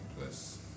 place